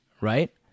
right